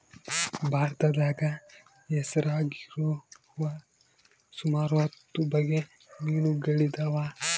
ಭಾರತದಾಗ ಹೆಸರಾಗಿರುವ ಸುಮಾರು ಹತ್ತು ಬಗೆ ಮೀನುಗಳಿದವ